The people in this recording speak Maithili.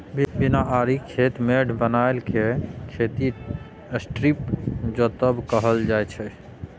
बिना आरिक खेत मेढ़ बनाए केँ खेती स्ट्रीप जोतब कहल जाइ छै